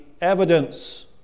evidence